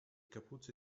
kapuze